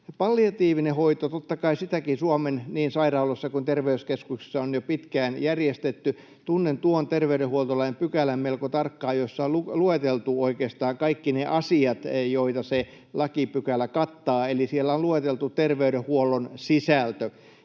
Palliatiivista hoitoa on, totta kai, Suomen niin sairaaloissa kuin terveyskeskuksissa jo pitkään järjestetty. Tunnen melko tarkkaan tuon terveydenhuoltolain pykälän, jossa on lueteltu oikeastaan kaikki ne asiat, joita se lakipykälä kattaa, eli siellä on lueteltu terveydenhuollon sisältö.